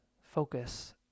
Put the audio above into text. focus